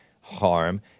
Harm